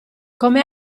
come